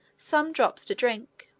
some drops to drink